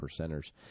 percenters